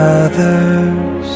others